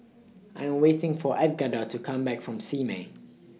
I'm waiting For Edgardo to Come Back from Simei